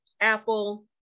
Apple